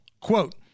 Quote